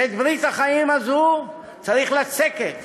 את ברית החיים הזו צריך לצקת,